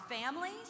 families